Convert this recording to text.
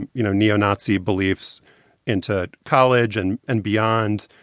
and you know, neo-nazi beliefs into college and and beyond.